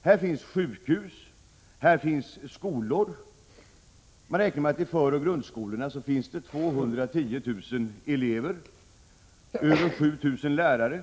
Här finns sjukhus och här finns skolor. Man räknar med att det i föroch grundskolorna finns 210 000 elever och över 7 000 lärare.